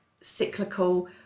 cyclical